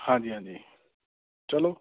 ਹਾਂਜੀ ਹਾਂਜੀ ਚਲੋ